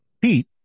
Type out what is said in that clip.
Pete